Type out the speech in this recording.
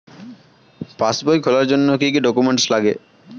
পাসবই খোলার জন্য কি কি ডকুমেন্টস লাগে?